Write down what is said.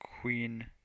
queen